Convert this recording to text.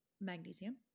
magnesium